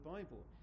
Bible